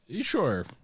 Sure